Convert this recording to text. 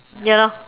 ya lor